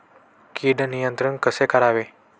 कीड नियंत्रण कसे करावे?